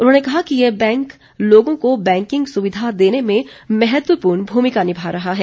उन्होंने कहा कि ये बैंक लोगों को बैंकिंग सुविधा देने में महत्वपूर्ण भूमिका निभा रहा है